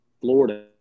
Florida